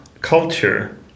culture